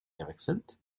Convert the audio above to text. gewechselt